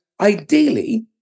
ideally